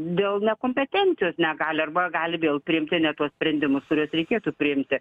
dėl nekompetencijos negali arba gali vėl priimti ne tuos sprendimus kuriuos reikėtų priimti